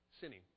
sinning